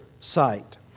sight